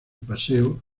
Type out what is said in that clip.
paseo